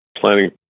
planning